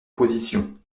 position